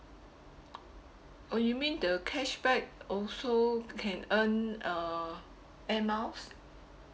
oh you mean the cashback also can earn uh Air Miles